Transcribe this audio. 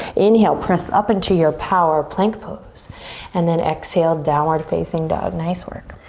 inhale, press up into your power plank pose and then exhale downward facing dog, nice work,